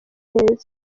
neza